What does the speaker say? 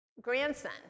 grandson